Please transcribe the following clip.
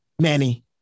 Manny